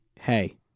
hey